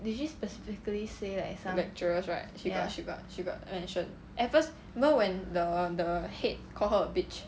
lecturers right she got she got she got mention at first you know when the head call her a bitch